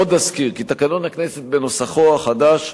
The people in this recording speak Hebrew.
עוד אזכיר כי תקנון הכנסת בנוסחו החדש,